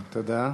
תודה.